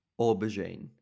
Aubergine